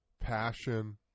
passion